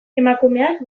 emakumeak